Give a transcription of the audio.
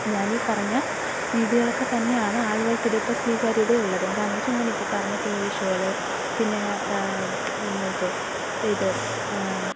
അപ്പം ഞാനീ പറഞ്ഞ രീതികളൊക്കെ തന്നെയാണ് ആളുകൾക്കിടയിൽ ഇപ്പം സ്വീകാര്യത ഉള്ളതും കാരണം എന്ന് വെച്ചാൽ ഞാനിപ്പം പറഞ്ഞ ടി വി ഷോകൾ പിന്നെ മറ്റേ ഇത്